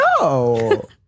No